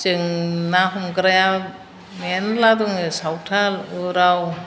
जों ना हमग्राया मेल्ला दंङ सावथाल उराव